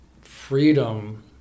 freedom